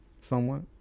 Somewhat